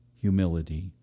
humility